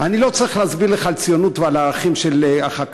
אני לא צריך להסביר לך על ציונות ועל הערכים של החקלאות,